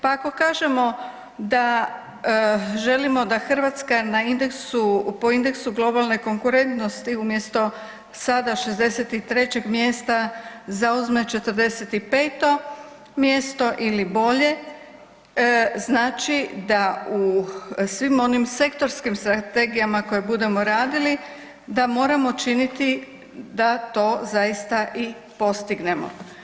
Pa kao kažemo da želimo da Hrvatska na indeksu, po indeksu globalne konkurentnosti umjesto sada 63 mjesta zauzme 45 mjesto ili bolje znači da u svim onim sektorskim strategijama koje budemo radili da moramo činiti da to zaista i postignemo.